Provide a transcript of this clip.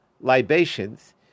libations